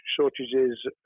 shortages